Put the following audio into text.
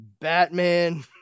Batman